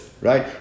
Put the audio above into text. right